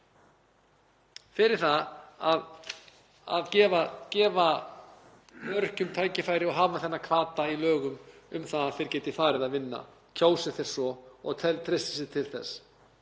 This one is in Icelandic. um það að gefa öryrkjum tækifæri og hafa þennan hvata í lögum um að þeir geti farið að vinna kjósi þeir svo og treysti sér til þess.